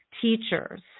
teachers